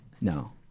no